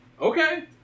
Okay